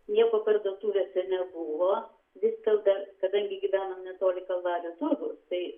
nieko parduotuvėse nebuvo viskas dar kadangi gyvenom netoli kalvarijų turgaus tai